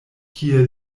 kie